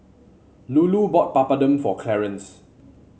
Lulu bought Papadum for Clarence